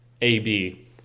A-B